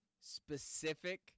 specific